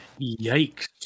Yikes